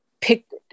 picked